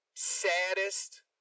Saddest